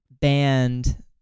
band